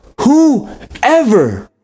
whoever